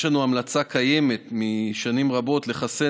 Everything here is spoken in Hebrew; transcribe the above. יש לנו המלצה קיימת זה שנים רבות לחסן